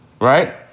Right